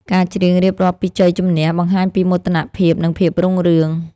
ការច្រៀងរៀបរាប់ពីជ័យជម្នះ បង្ហាញពីមោទនភាព និងភាពរុងរឿង។